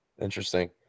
Interesting